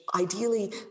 ideally